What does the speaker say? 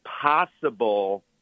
possible